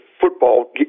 football